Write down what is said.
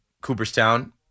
Cooperstown